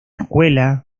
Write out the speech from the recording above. escuela